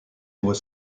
was